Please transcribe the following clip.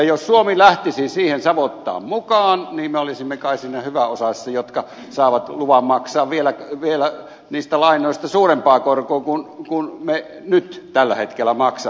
jos suomi lähtisi siihen savottaan mukaan niin me olisimme kai siinä hyväosaisissa jotka saavat luvan maksaa vielä niistä lainoista suurempaa korkoa kuin me nyt tällä hetkellä maksamme